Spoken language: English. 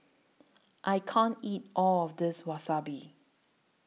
I can't eat All of This Wasabi